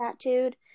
tattooed